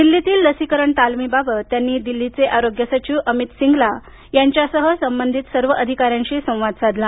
दिल्लीतील लसीकरण तालमीबाबत त्यांनी दिल्लीचे आरोग्य सचिव अमित सिंगला यांच्यासह संबधित सर्व अधिकाऱ्यांशी संवाद साधला